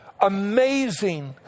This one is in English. Amazing